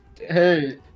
Hey